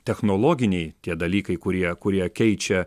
technologiniai tie dalykai kurie kurie keičia